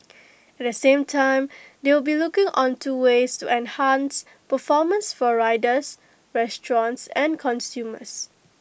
at the same time they will be looking onto ways to enhance performance for riders restaurants and consumers